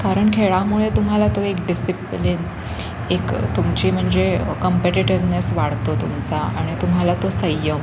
कारण खेळामुळे तुम्हाला तो एक डिसिप्लिन एक तुमची म्हणजे कम्पेटेटिव्हनेस वाढतो तुमचा आणि तुम्हाला तो संयम